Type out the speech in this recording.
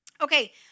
Okay